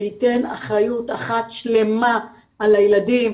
שייתן אחריות אחת שלמה על הילדים,